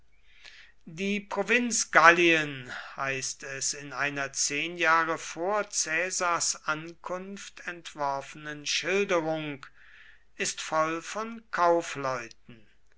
die provinz gallien heißt es in einer zehn jahre vor caesars ankunft entworfenen schilderung ist voll von kaufleuten